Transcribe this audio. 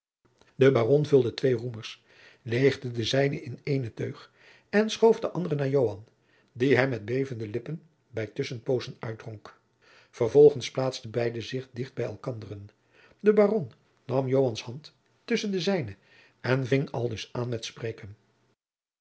de baron vulde twee roemers leegde den zijnen in ééne teug en schoof den anderen naar joan die hem met bevende lippen bij tusschenpoozen uitdronk vervolgens plaatsten beide zich dicht bij elkanderen de baron nam joans hand tusschen de zijne en ving aldus aan met spreken